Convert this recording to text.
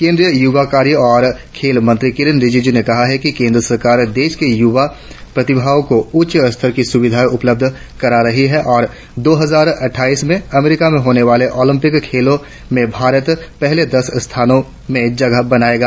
केंद्रीय यूवा कार्य और खेल मंत्री किरेन रिजिजू ने कहा कि केंद्र सरकार देश की यूवा प्रतिभाओं को उच्च स्तर की सूविधाएं उपलब्ध कर रही है और दो हजार अटठाईस में अमरीका में होने वाले ओलंपिक खेलों में भारत पहले दस स्थानों में जगह बनायेगा